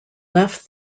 left